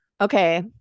okay